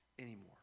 anymore